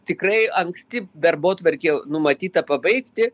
tikrai anksti darbotvarkė numatyta pabaigti